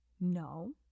No